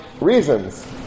reasons